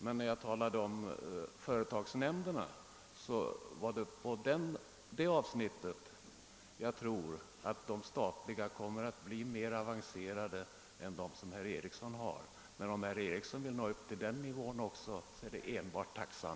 Jag tror emellertid att företagsnämnderna på det statliga området kommer att vara mer avancerade än de som herr Ericsson i Åtvidaberg har i sina företag. Men om herr Ericsson vill försöka nå upp till samma nivå som de statliga företagen är jag enbart tacksam.